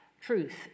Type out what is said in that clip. truth